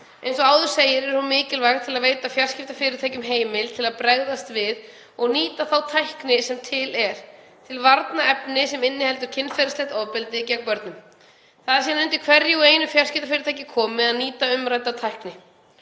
Eins og áður segir er hún mikilvæg til að veita fjarskiptafyrirtækjum heimild til að bregðast við og nýta þá tækni sem til er, til að varna efni sem inniheldur kynferðislegt ofbeldi gegn börnum. Það er síðan undir hverju og einu fjarskiptafyrirtæki komið að nýta umrædda tækni.